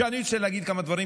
אני רוצה להגיד כמה דברים.